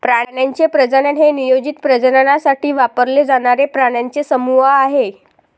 प्राण्यांचे प्रजनन हे नियोजित प्रजननासाठी वापरले जाणारे प्राण्यांचे समूह आहे